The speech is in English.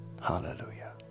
Hallelujah